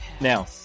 now